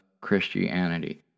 Christianity